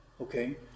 Okay